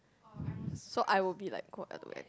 so I will be like co ed I think